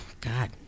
God